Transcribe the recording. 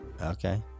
Okay